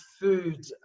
food